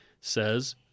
says